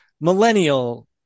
millennial